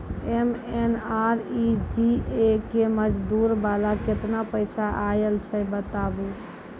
MNREGA के मज़दूरी वाला केतना पैसा आयल छै बताबू?